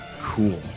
Cool